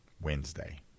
Wednesday